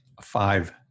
Five